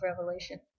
Revelation